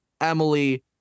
Emily